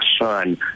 son